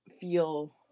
feel